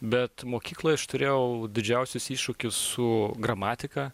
bet mokykloj aš turėjau didžiausius iššūkius su gramatika